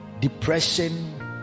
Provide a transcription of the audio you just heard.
depression